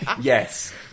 yes